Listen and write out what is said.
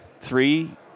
three